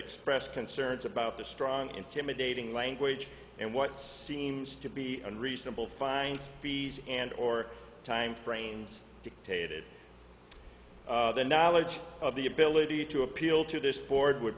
expressed concerns about the strong intimidating language and what seems to be unreasonable find fees and or time frames dictated the knowledge of the ability to appeal to this board would